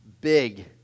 big